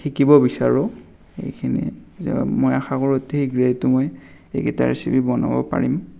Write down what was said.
শিকিব বিচাৰোঁ এইখিনিয়ে মই আশা কৰোঁ অতি শীঘ্ৰে মই এইকিটা ৰেচিপি বনাব পাৰিম